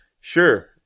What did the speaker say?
Sure